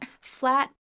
flat